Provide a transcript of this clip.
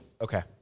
Okay